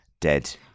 dead